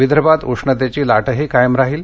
विदर्भात उष्णतेची लाटही कायम राहिल